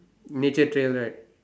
nature trail right